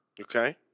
Okay